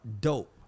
dope